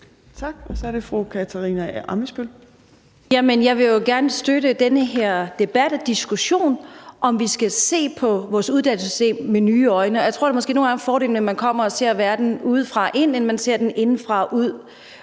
Kl. 12:27 Katarina Ammitzbøll (KF): Jamen jeg vil jo gerne støtte den her debat og diskussion om, at vi skal se på vores uddannelsessystem med nye øjne. Jeg tror, at det måske nogle gange er en fordel, at man kommer og ser verden udefra og ind og ikke indefra og